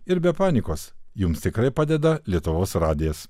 ir be panikos jums tikrai padeda lietuvos radijas